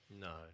no